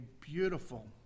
beautiful